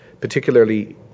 particularly